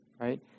right